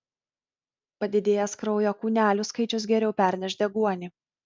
padidėjęs kraujo kūnelių skaičius geriau perneš deguonį